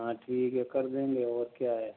हाँ ठीक है कर देंगे और क्या है